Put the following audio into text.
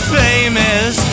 famous